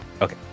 Okay